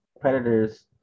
predators